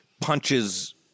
punches